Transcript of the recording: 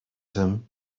him